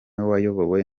wayobowe